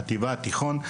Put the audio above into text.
חטיבה ותיכון.